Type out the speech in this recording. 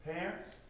Parents